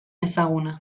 ezaguna